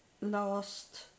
last